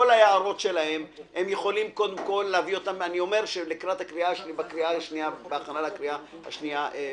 ההערות שלהם בהכנה לקריאה השנייה והשלישית.